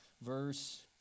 verse